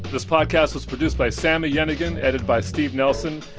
this podcast was produced by sami yenigun, edited by steve nelson,